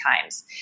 times